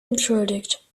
entschuldigt